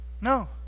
No